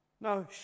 No